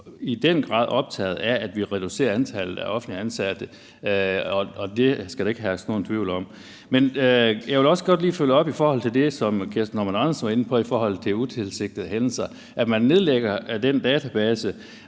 i den grad optaget af, at vi reducerer antallet af offentligt ansatte, og det skal der ikke herske nogen tvivl om. Men jeg vil også godt lige følge op i forhold til det, som Kirsten Normann Andersen var inde på i forhold til utilsigtede hændelser, altså at man nedlægger den database